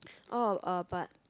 orh uh but